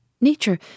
Nature